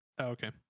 okay